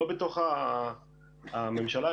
לא בממשלה,